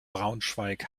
braunschweig